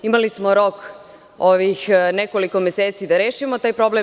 Imali smo rok ovih nekoliko meseci da rešimo taj problem.